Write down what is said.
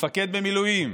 מפקד במילואים,